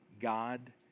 God